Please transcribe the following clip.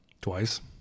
Twice